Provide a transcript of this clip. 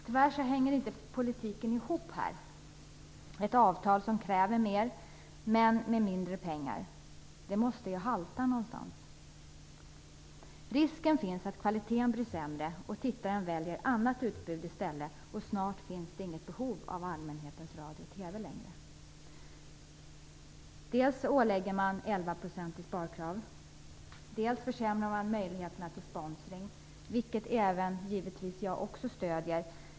Tyvärr hänger inte politiken ihop här; ett avtal som kräver mer men med mindre pengar måste ju halta någonstans. Risken finns att kvaliteten blir sämre och att tittaren väljer annat utbud i stället, och snart finns det inte längre något behov av allmänhetens radio och Dels ålägger man 11 % i sparkrav. Dels försämrar man möjligheterna till sponsring, vilket jag givetvis också stöder.